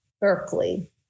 Berkeley